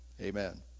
Amen